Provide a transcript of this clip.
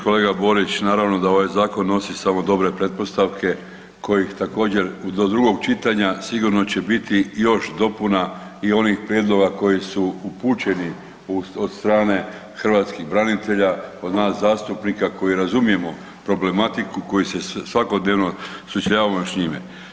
Kolega Borić naravno da ovaj zakon nosi samo dobre pretpostavke kojih također do drugog čitanja sigurno će biti još dopuna i onih prijedloga koji su upućeni od strane hrvatskih branitelja, od nas zastupnika koji razumijemo problematiku, koji se svakodnevno sučeljavamo s njime.